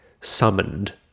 summoned